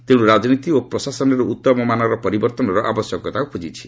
ତେଣୁ ରାଜନୀତି ଓ ପ୍ରଶାସନରେ ଉତ୍ତମ ମାନର ପରିବର୍ତ୍ତନର ଆବଶ୍ୟକତା ଉପ୍ରଜିଛି